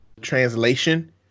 translation